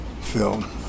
film